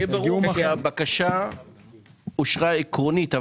שיהיה ברור שהבקשה אושרה עקרונית,